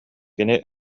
кини